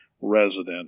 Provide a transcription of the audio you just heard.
resident